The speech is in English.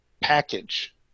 package